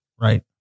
right